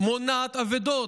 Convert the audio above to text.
מונעת אבדות.